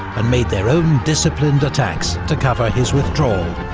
and made their own disciplined attacks to cover his withdrawal.